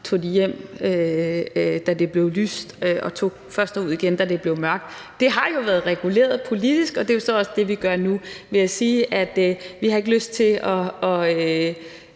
tog hjem, når det blev lyst, og først tog derud igen, når det blev mørkt. Det har jo været reguleret politisk, og det er så også det, vi gør nu ved at sige, at